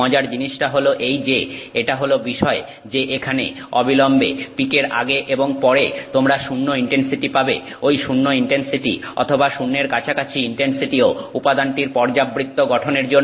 মজার জিনিসটা হলো এই যে এটা হল বিষয় যে এখানে অবিলম্বে পিকের আগে এবং পরে তোমরা শূন্য ইনটেনসিটি পাবে ঐ শূন্য ইনটেনসিটি অথবা শূন্যের কাছাকাছি ইনটেনসিটিও উপাদানটির পর্যাবৃত্ত গঠনের জন্য